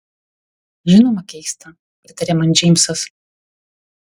žinoma keista pritarė man džeimsas